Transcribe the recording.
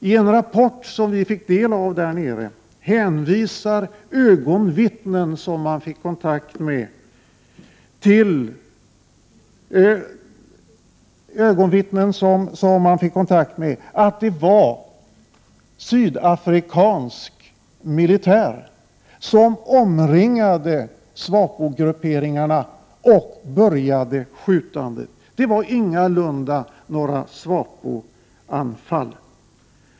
I en rapport som vi fick ta del av där nere hänvisar ögonvittnen som man fick kontakt med till att det var sydafrikansk militär som omringade SWAPO-grupperingarna och började skjutandet. Det var ingalunda några SWAPO-anfall.